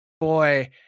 boy